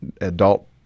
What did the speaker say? adult